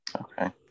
Okay